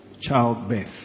childbirth